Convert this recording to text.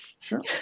Sure